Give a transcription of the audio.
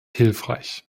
hilfreich